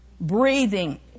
breathing